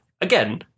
again